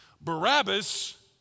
Barabbas